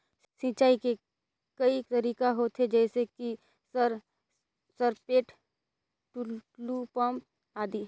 सिंचाई के कई तरीका होथे? जैसे कि सर सरपैट, टुलु पंप, आदि?